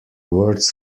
words